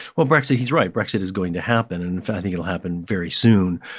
well, brexit he's right. brexit is going to happen. and in fact, i think it'll happen very soon.